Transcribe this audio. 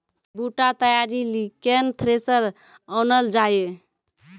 बूटा तैयारी ली केन थ्रेसर आनलऽ जाए?